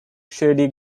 shady